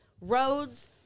roads